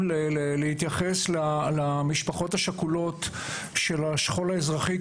להתייחס למשפחות השכולות של השכול האזרחי,